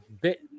bit